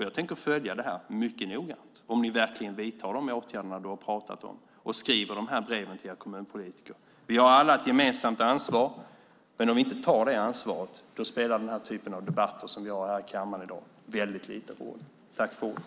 Jag tänker mycket noggrant följa om ni verkligen vidtar de åtgärder som du har pratat om och om ni skriver breven till era kommunpolitiker. Vi har ett gemensamt ansvar, men om vi inte tar det ansvaret spelar den typ av debatter som vi har här i kammaren i dag väldigt liten roll.